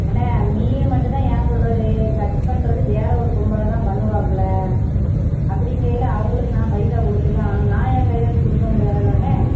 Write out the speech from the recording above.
அண்ணே மீன் மட்டும் தான் ஏன்குள்றது கட் பண்ணுறது வேறு ஒரு பொம்பளை தான் பண்ணுவாப்புலை அப்படிங்கையில அவர்களுக்கு நான் பைசா கொடுத்து தான் ஆகணும் நான் என் கைலேருந்து கொடுக்க முடியாதில்லைண்ணே